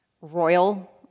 royal